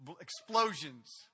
Explosions